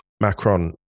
Macron